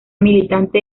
militante